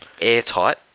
airtight